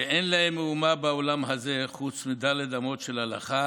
שאין להם מאומה בעולם הזה חוץ מד' אמות של הלכה